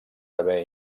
haver